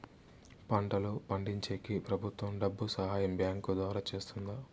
పంటలు పండించేకి ప్రభుత్వం డబ్బు సహాయం బ్యాంకు ద్వారా చేస్తుందా?